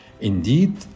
Indeed